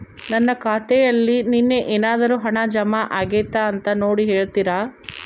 ನನ್ನ ಖಾತೆಯಲ್ಲಿ ನಿನ್ನೆ ಏನಾದರೂ ಹಣ ಜಮಾ ಆಗೈತಾ ಅಂತ ನೋಡಿ ಹೇಳ್ತೇರಾ?